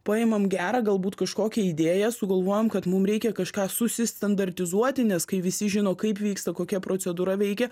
paimam gerą galbūt kažkokią idėją sugalvojam kad mum reikia kažką susistandartizuoti nes kai visi žino kaip vyksta kokia procedūra veikia